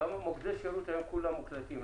גם מוקדי השירות, היום כולם מוקלטים.